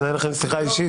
הוא פנה אליכם בשיחה אישית?